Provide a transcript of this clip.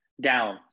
down